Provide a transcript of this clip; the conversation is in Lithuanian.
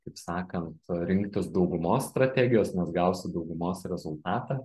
kaip sakant rinktis daugumos strategijos nes gausit daugumos rezultatą